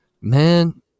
man